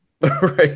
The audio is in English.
Right